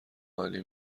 عالی